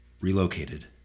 relocated